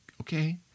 okay